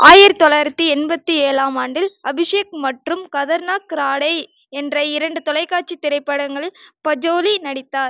ஆயிரத்து தொள்ளாயிரத்தி எண்பத்தி ஏழாம் ஆண்டில் அபிஷேக் மற்றும் கதர்னாக் இராடே என்ற இரண்டு தொலைக்காட்சி திரைப்படங்களில் பஞ்ஜோலி நடித்தார்